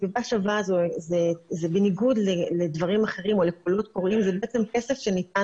"סביבה שווה" זה בניגוד לדברים אחרים או ל -- -זה בעצם כסף שניתן,